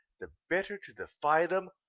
the better to defy them,